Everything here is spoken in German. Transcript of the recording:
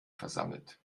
versammelt